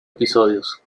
episodios